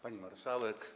Pani Marszałek!